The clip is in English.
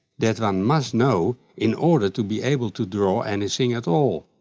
that one must know in order to be able to draw anything at all.